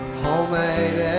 homemade